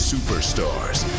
Superstars